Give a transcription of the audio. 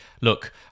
look